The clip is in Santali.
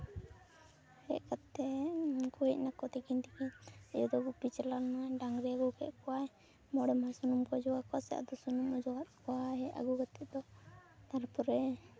ᱦᱮᱡ ᱠᱟᱛᱮ ᱩᱱᱠᱩ ᱦᱮᱡᱱᱟᱠᱚ ᱛᱤᱠᱤᱱ ᱛᱤᱠᱤᱱ ᱭᱩ ᱫᱚ ᱜᱩᱯᱤ ᱪᱟᱞᱟᱣ ᱞᱮᱱᱟᱭ ᱰᱟᱝᱨᱤ ᱟᱹᱜᱩ ᱠᱮᱫ ᱠᱚᱣᱟᱭ ᱢᱚᱬᱮ ᱢᱟᱦᱟ ᱥᱩᱱᱩᱢ ᱠᱚ ᱚᱡᱚᱜ ᱟᱠᱚᱣᱟᱭ ᱥᱮ ᱟᱫᱚ ᱥᱩᱱᱩᱢ ᱚᱠᱚᱜᱟᱫ ᱠᱚᱣᱟᱭ ᱟᱹᱜᱩ ᱠᱟᱛᱮ ᱫᱚ ᱛᱟᱨᱯᱚᱨᱮ